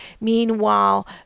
Meanwhile